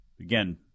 Again